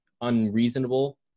unreasonable